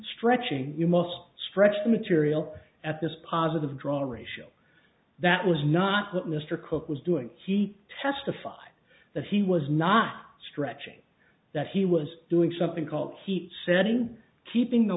stretching you must stretch the material at this positive draw ratio that was not what mr cooke was doing he testified that he was not stretching that he was doing something called he said in keeping the